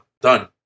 Done